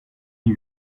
new